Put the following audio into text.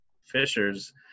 fishers